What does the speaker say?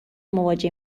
مواجه